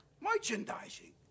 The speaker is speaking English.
Merchandising